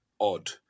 odd